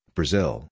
Brazil